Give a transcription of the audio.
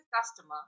customer